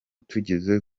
tugeze